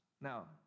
Now